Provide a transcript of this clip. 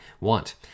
want